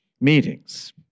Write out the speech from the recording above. meetings